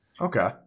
Okay